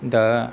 दा